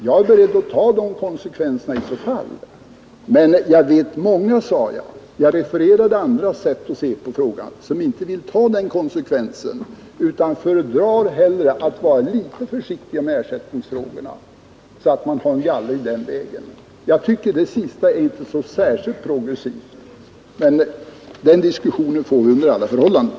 Jag är beredd att ta konsekvenserna i så fall, men jag vet många — jag refererade andras sätt att se på frågan — som inte vill ta konsekvenserna utan föredrar att vara litet försiktiga med ersättningsfrågorna, så att man får en gallring den vägen. Jag tycker att det sista inte är särskilt progressivt, men den diskussionen får vi under alla förhållanden.